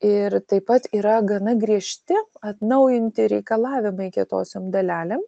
ir taip pat yra gana griežti atnaujinti reikalavimai kietosiom dalelėm